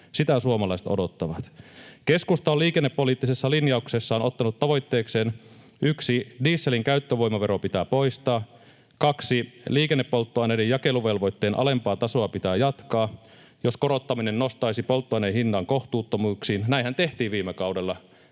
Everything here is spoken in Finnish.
Sitä suomalaiset odottavat. Keskusta on liikennepoliittisessa linjauksessaan ottanut tavoitteikseen: 1) Dieselin käyttövoimavero pitää poistaa. 2) Liikennepolttoaineiden jakeluvelvoitteen alempaa tasoa pitää jatkaa, jos korottaminen nostaisi polttoaineen hinnan kohtuuttomuuksiin. — Näinhän tehtiin viime kaudella.